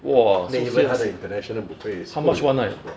then even 它的 international buffet 也是有一点 broad